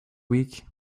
week